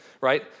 right